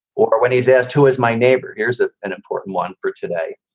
or when he's asked, who is my neighbor? here's ah an important one for today.